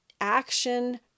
action